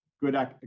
good